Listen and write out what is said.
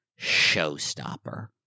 showstopper